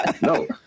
No